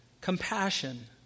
compassion